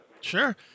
Sure